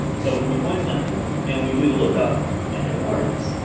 so we point to them and we do the lookup, and it works,